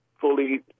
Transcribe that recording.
fully